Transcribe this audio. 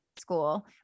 school